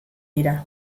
dira